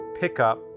pickup